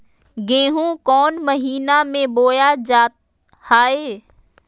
गेहूँ कौन महीना में बोया जा हाय?